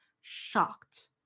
shocked